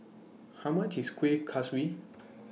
How much IS Kueh Kaswi